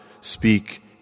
speak